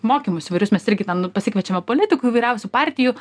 mokymus įvairius mes irgi ten pasikviečiame politikų įvairiausių partijų